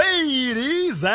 Ladies